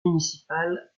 municipal